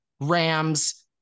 Rams